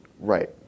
Right